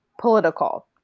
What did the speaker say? political